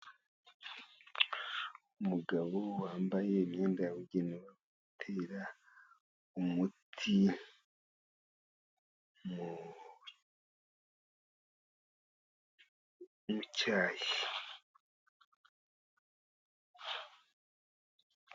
Umugabo wambaye imyenda yabugenewe, atera umuti mu cyayi.